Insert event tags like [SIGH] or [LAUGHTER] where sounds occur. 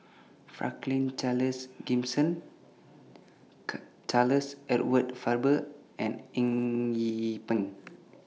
Franklin Charles Gimson [UNINTELLIGIBLE] Charles Edward Faber and Eng Yee Peng